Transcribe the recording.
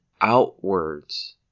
outwards